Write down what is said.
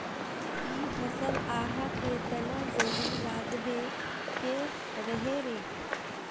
इ फसल आहाँ के तने जल्दी लागबे के रहे रे?